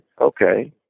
okay